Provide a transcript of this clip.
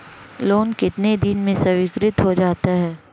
Loan कितने दिन में स्वीकृत हो जाता है?